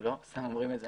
לא סתם אנחנו אומרים את זה.